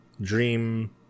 dream